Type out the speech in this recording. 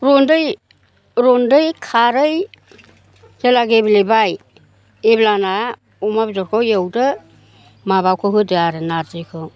रन्दै रन्दै खारै जेब्ला गेब्लेबाय अब्लाना अमा बेदरखौ एवदो माबाखौ होदो आरो नारजिखौ